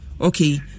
okay